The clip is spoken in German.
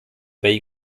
bay